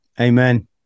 Amen